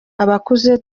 abakuze